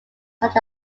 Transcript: such